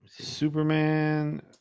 Superman